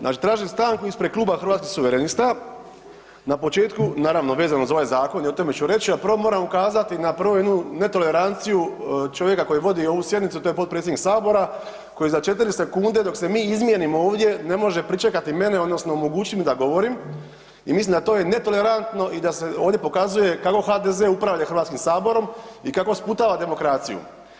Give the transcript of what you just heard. Znači tražim stanku ispred kluba Hrvatskih suverenista, na početku naravno vezano za ovaj zakon i o tome ću reći ali prvo moram ukazati na prvo jednu netoleranciju čovjeka koji vodi ovu sjednicu a to je potpredsjednik Sabora koji za 4 sekunde dok se mi izmijenimo ovdje, ne može pričekati mene odnosno omogući mi da govorim i mislim da to je netolerantno i da se ovdje pokazuje kako HDZ upravlja Hrvatskim saborom i kako sputava demokraciju.